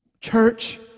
Church